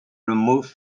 removed